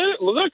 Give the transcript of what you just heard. look